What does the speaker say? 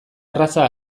erraza